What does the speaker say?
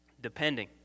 depending